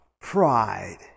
pride